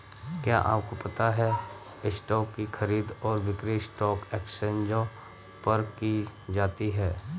क्या आपको पता है स्टॉक की खरीद और बिक्री स्टॉक एक्सचेंजों पर की जाती है?